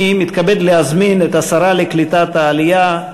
אני מתכבד להזמין את השרה לקליטת העלייה,